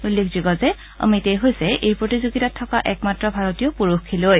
উল্লেখযোগ্য যে অমিতেই হৈছে এই প্ৰতিযোগিতাত থকা একমাত্ৰ ভাৰতীয় পুৰুষ খেলুৱৈ